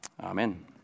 Amen